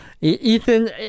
ethan